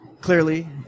Clearly